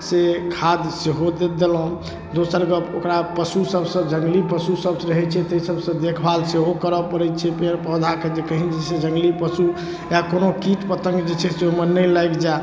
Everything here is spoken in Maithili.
से खाद सेहो दऽ देलहुँ दोसर गप ओकरा पशु सबसँ जङ्गली पशुसब रहै छै ताहि सबसँ देखभाल सेहो करऽ पड़ै छै पेड़ पौधाके जे कहीँ जे छै जङ्गली पशु या कोनो कीट पतङ्ग जे छै से ओहिमे नहि लागि जाए